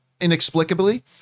inexplicably